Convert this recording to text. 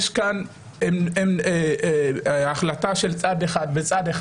יש כאן החלטה כמעט במעמד צד אחד,